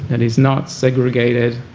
and is not segregated.